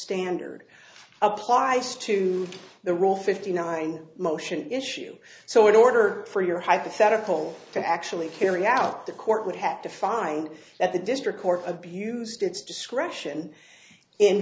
standard applies to the role fifty nine motion issue so in order for your hypothetical to actually carry out the court would have to find that the district court abused its discretion in